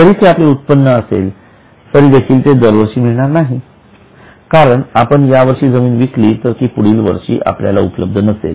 जरी ते आपले उत्पन्न असेल तरी देखील ते दरवर्षी मिळणार नाही कारण जर आपण यावर्षी जमीन विकली तर ती पुढील वर्षी आपल्याला उपलब्ध नसेल